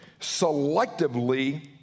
selectively